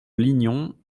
lignon